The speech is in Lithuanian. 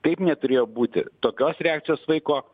taip neturėjo būti tokios reakcijos vaiko